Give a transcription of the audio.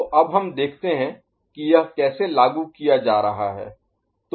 तो अब हम देखते हैं कि यह कैसे लागू किया जा रहा है